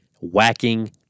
whacking